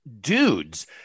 dudes